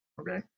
Okay